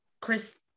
chris